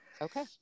Okay